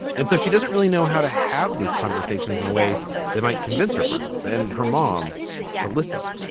and so she doesn't really know how to have these conversations in a way that might convince her friends and her mom to listen.